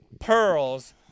pearls